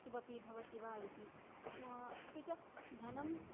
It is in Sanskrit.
किमपि भवति वा इति अपि च धनं